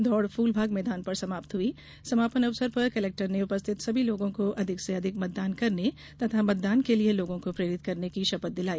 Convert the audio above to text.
दौड़ फूलबाग मैदान पर समाप्त हुई समापन अवसर पर कलेक्टर ने उपस्थित सभी लोगों को अधिक से अधिक मतदान करने तथा मतदान के लिए लोगों को प्रेरित करने की शपथ दिलाई